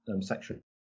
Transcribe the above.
section